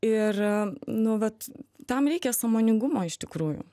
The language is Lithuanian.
ir nu vat tam reikia sąmoningumo iš tikrųjų